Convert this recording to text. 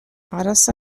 அரச